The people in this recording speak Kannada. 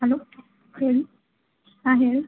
ಹಲೋ ಹೇಳಿ ಹಾಂ ಹೇಳಿ